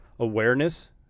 awareness